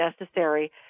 necessary